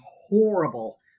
horrible